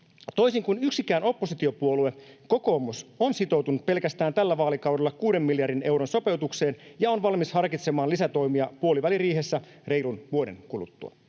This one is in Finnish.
Toisin kuin yksikään oppositiopuolue, kokoomus on sitoutunut pelkästään tällä vaalikaudella kuuden miljardin euron sopeutukseen ja on valmis harkitsemaan lisätoimia puoliväliriihessä reilun vuoden kuluttua.